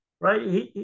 right